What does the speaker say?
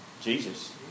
Jesus